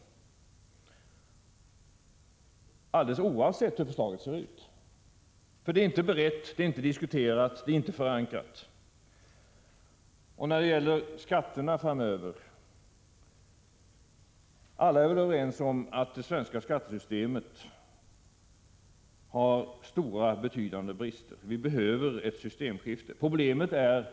Detta gäller alldeles oavsett hur förslaget ser ut, för det är inte berett, inte diskuterat och inte förankrat. Alla är överens om att det svenska skattesystemet har betydande brister. Vi behöver ett systemskifte, för att nu använda ett gammalt och förbrukat ord.